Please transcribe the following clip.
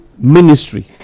ministry